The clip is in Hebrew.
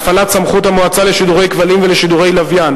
בהפעלת סמכות המועצה לשידורי כבלים ולשידורי לוויין